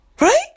Right